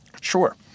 Sure